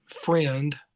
friend